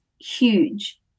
huge